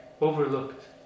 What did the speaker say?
overlooked